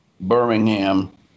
Birmingham